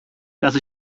dass